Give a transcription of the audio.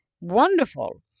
wonderful